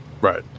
Right